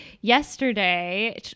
yesterday